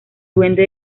duende